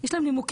יש להם נימוקים,